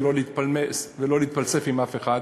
ולא להתפלמס ולא להתפלסף עם אף אחד,